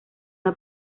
una